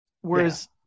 Whereas